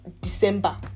december